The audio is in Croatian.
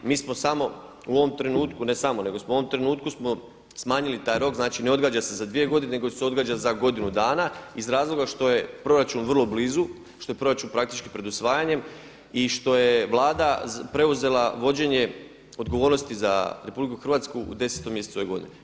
I mi smo samo u ovom trenutku, ne samo nego smo u ovom trenutku smanjili taj rok, znači ne odgađa se za 2 godine nego se odgađa za godinu dana iz razloga što je proračun vrlo blizu, što je proračun praktički pred usvajanjem i što je Vlada preuzela vođenje odgovornosti za RH u 10 mjesecu ove godine.